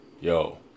yo